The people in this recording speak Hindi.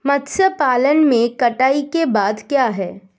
मत्स्य पालन में कटाई के बाद क्या है?